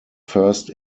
first